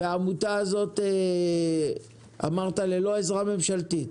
והעמותה הזאת אמרת ללא עזרה ממשלתית?